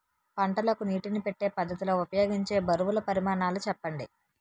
పంటలకు నీటినీ పెట్టే పద్ధతి లో ఉపయోగించే బరువుల పరిమాణాలు చెప్పండి?